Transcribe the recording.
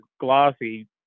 glossy